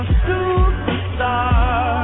superstar